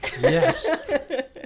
Yes